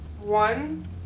One